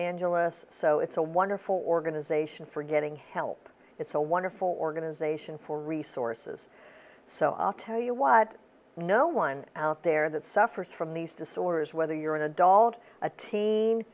angeles so it's a wonderful organization for getting help it's a wonderful organization for resources so i tell you what no one out there that suffers from these disorders whether